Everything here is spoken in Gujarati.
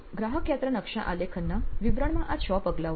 ગ્રાહક યાત્રા નકશા આલેખનના વિવરણમાં આ 6 પગલાંઓ છે